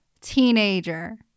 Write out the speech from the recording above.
teenager